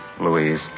Louise